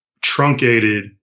truncated